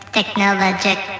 Technologic